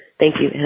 thank you.